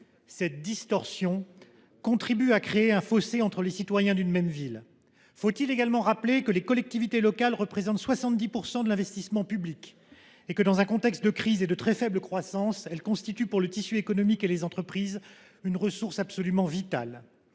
Cette distorsion contribue à créer un fossé entre les citoyens d'une même ville. Faut-il également rappeler que les collectivités locales représentent 70% de l'investissement public et que dans un contexte de crise et de très faible croissance, elles constituent pour le tissu économique et les entreprises une ressource absolument vitale.